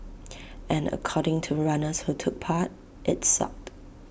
and according to runners who took part IT sucked